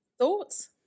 Thoughts